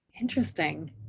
Interesting